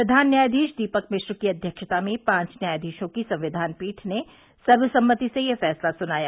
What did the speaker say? प्रधान न्यायाधीश दीपक मिश्र की अध्यक्षता में पांच न्यायाधीशों की संविधान पीठ ने सर्वसम्मति से यह फैंसला सुनाया